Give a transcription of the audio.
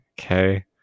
okay